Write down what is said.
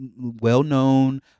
well-known